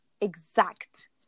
exact